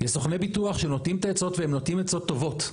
יש סוכני ביטוח שנותנים את העצות והם נותנים עצות טובות.